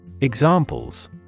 Examples